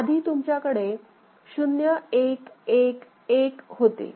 आधी तुमच्याकडे 0111 होते